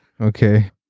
Okay